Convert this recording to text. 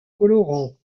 colorant